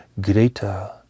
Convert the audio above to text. greater